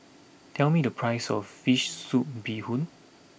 tell me the price of Fish Soup Bee Hoon